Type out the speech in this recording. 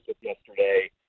yesterday